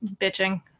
bitching